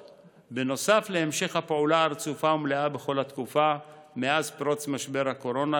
נוסף להמשך הפעולה הרצופה והמלאה בכל התקופה מאז פרוץ משבר הקורונה,